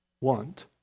want